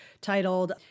titled